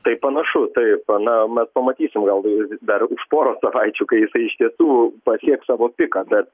tai panašu taip na mes pamatysim gal dar už poros savaičių kai jisai iš tiesų pasieks savo piką bet